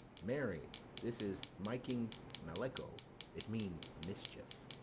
marry, this is miching mallecho it means mischief.